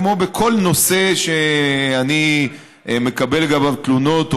כמו בכל נושא שאני מקבל לגביו תלונות או